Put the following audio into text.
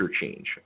change